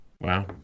Wow